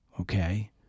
okay